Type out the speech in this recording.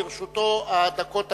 לרשותו הדקות האישיות,